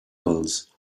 gulls